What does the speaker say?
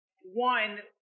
one